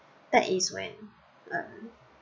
that is when um